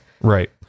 right